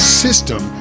system